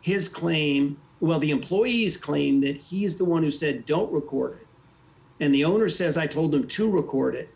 his claim well the employees claim that he is the one who said don't record and the owner says i told him to record it